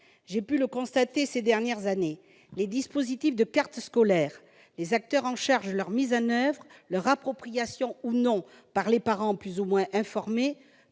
J'ai pu le constater ces dernières années, les dispositifs de carte scolaire, les acteurs en charge de leur mise en oeuvre, leur appropriation ou non par les parents peuvent renforcer-